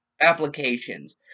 applications